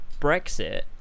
Brexit